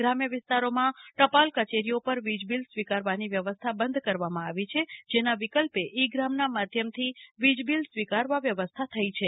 ગ્રામ્ય વિસ્તારોમાં ટપાલ કચેરીઓ પર વીજ બીલ સ્વીકારવાની વ્યવસ્થા બંધ કરવામાં આવી છે જેના વિકલ્પે ઈ ગ્રામ ના માધ્યમથી વીજ બીલ સ્વીકારવા વ્યવસ્થા થઇ છે